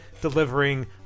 delivering